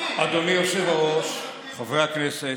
אדוני היושב-ראש, חברי הכנסת,